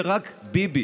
ש"רק ביבי"